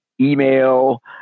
email